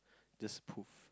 just poof